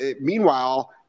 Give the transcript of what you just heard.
meanwhile